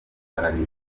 ararira